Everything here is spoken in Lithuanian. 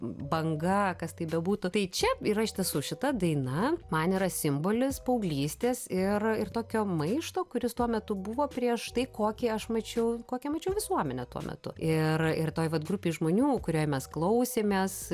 banga kas tai bebūtų tai čia yra iš tiesų šita daina man yra simbolis paauglystės ir ir tokio maišto kuris tuo metu buvo prieš tai kokį aš mačiau kokią mačiau visuomenę tuo metu ir ir toj vat grupėj žmonių kurioje mes klausėmės